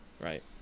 right